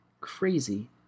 Crazy